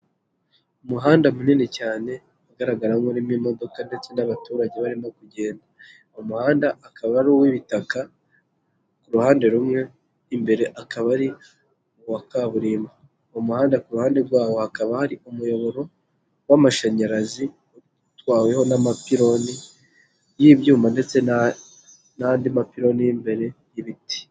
Umuhanda munini cyane ugaragaramo nk'urimo imodoka ndetse n'abaturage barimo kugenda. Umuhanda akaba ari uw'ibitaka ku ruhande rumwe, imbere akaba ari uwa kaburimbo. Umuhanda ku ruhande rwawo hakaba hari umuyoboro w'amashanyarazi, utwaweho n'amapironi y'ibyuma ndetse n'andi mapironi y'imbere y'ibiti.